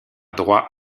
droit